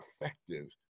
effective